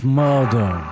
murder